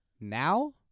Now